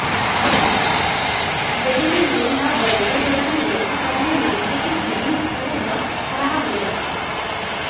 bank के loan ल बरोबर बेरा म नइ चुकाय ले मनसे के सिविल स्कोर ह खराब हो जाथे